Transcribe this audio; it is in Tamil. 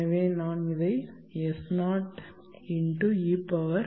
எனவே நான் இதை S0 × ei